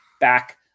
back